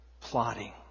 plotting